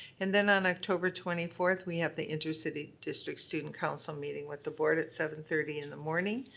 and then on october twenty fourth, we have the inter-city district student council meeting with the board at seven thirty in the morning.